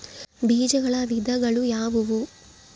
ಬೇಜಗಳ ವಿಧಗಳು ಯಾವುವು?